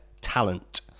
talent